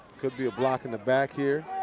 could be a block in the back here.